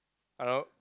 hello